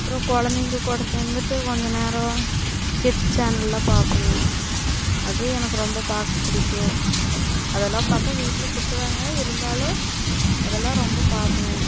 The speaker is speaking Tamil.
அப்புறோம் குழந்தைங்க கூட சேர்ந்துட்டு கொஞ்ச நேரம் கிட்ஸ் சேனலெல்லாம் பார்ப்பங்க அதுவும் எனக்கு ரொம்ப பார்க்க பிடிக்கும் அதலாம் பார்த்தா வீட்டில் திட்டுவாங்க இருந்தாலும் அதலாம் ரொம்ப பார்ப்பங்க